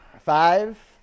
Five